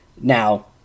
Now